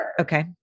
Okay